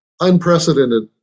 unprecedented